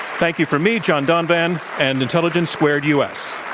thank you from me, john donvan and intelligence squared u. s.